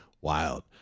wild